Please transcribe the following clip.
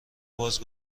باز